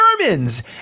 Germans